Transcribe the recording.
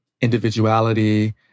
individuality